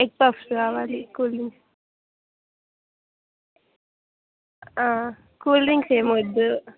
egg puffs కావాలి cool drinks cool drinks ఏమోద్దు